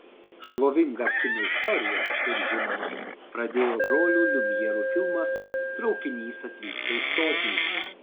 šlovingą kino istoriją kaip žinoma pradėjo brolių liumjerų filmas traukinys atvyksta į stotį